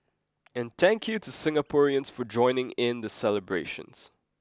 and thank you to Singaporeans for joining in the celebrations